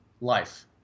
life